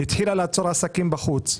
התחילה לעצור עסקים בחוץ.